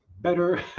better